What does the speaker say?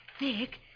Nick